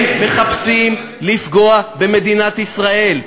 הם מחפשים לפגוע במדינת ישראל.